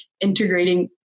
integrating